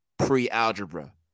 Pre-algebra